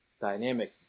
dynamic